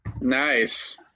Nice